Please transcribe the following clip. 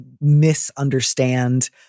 misunderstand